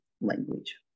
language